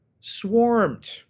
swarmed